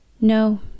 No